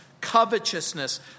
covetousness